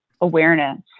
awareness